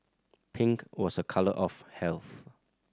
pink was a colour of health